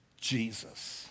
Jesus